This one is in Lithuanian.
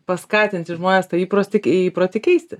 paskatinti žmones tą įprotį įprotį keisti